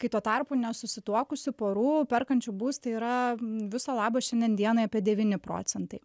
kai tuo tarpu nesusituokusių porų perkančių būstą yra viso labo šiandien dienai apie devyni procentai